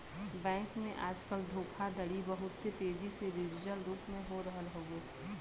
bank में आजकल धोखाधड़ी बहुत तेजी से डिजिटल रूप में हो रहल हउवे